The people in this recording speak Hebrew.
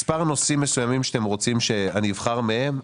מספר נושאים מסוימים שאתם רוצים שאני אבחר מהם?